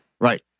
Right